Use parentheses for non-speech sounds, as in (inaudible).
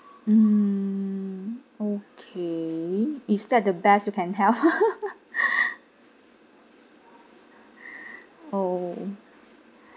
mm okay is that the best you can help (laughs) oh